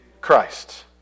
Christ